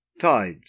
Tides